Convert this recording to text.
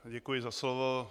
Děkuji za slovo.